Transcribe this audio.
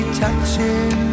touching